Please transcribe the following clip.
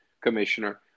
Commissioner